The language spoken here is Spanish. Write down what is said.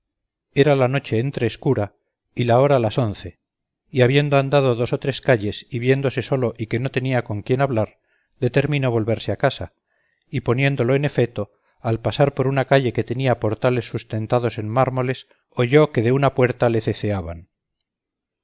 era la noche entre oscura y la hora las once y habiendo andado dos ó tres calles y viéndose solo y que no tenia con quien hablar determinó volverse á casa y poniéndolo en efecto al pasar por una calle que tenia portales sustentados en mármoles oyó que de una puerta le ceceaban